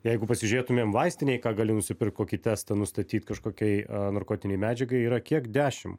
jeigu pasižiūrėtumėm vaistinėj ką gali nuspirkt kokį testą nustatyt kažkokiai narkotinei medžiagai yra kiek dešim